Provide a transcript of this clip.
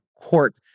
court